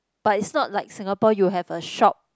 but it's not like Singapore you have a shop